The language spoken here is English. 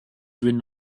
written